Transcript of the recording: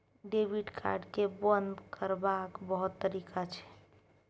debit card केँ बंद करबाक बहुत तरीका छै